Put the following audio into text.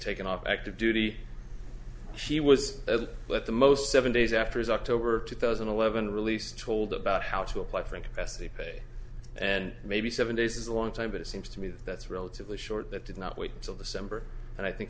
taken off active duty she was but the most seven days after his october two thousand and eleven release told about how to apply for him to press the pay and maybe seven days is a long time but it seems to me that that's relatively short that did not wait until december and i think